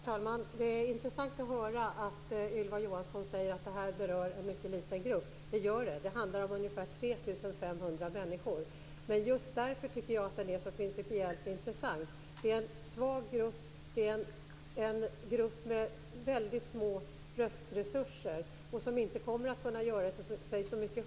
Herr talman! Det är intressant att höra att Ylva Johansson säger att det här berör en mycket liten grupp. Det gör det. Det handlar om ungefär 3 500 människor. Men just därför tycker jag att det är så principiellt intressant. Det är en svag grupp. Det är en grupp med väldigt små röstresurser. Den kommer inte att kunna göra sig hörd så mycket.